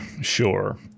Sure